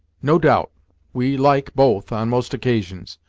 no doubt we like both, on most occasions,